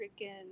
freaking